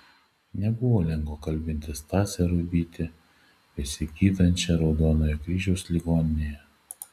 nebuvo lengva kalbinti stasę ruibytę besigydančią raudonojo kryžiaus ligoninėje